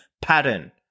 pattern